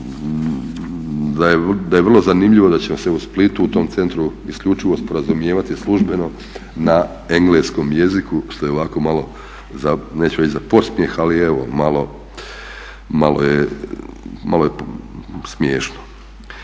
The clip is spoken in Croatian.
da je vrlo zanimljivo da će se u Splitu u tom centru isključivo sporazumijevati službeno na engleskom jeziku što je ovako malo neću reći za podsmijeh, ali evo malo je smiješno.